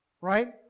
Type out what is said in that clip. right